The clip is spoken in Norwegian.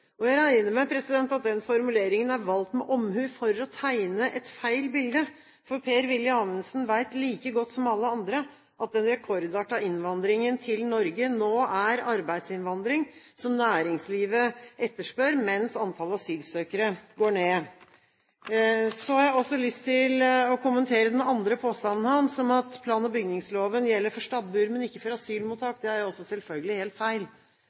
Norge. Jeg regner med at den formuleringen er valgt med omhu, for å tegne et feil bilde. For Per-Willy Amundsen vet like godt som alle andre at den rekordartede innvandringen til Norge nå er arbeidsinnvandring, som næringslivet etterspør, mens antallet asylsøkere går ned. Jeg har også lyst til å kommentere den andre påstanden hans, om at plan- og bygningsloven gjelder for stabbur, men ikke for asylmottak. Det er også selvfølgelig helt feil.